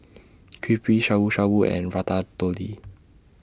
Crepe Shabu Shabu and Ratatouille